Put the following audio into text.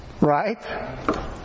right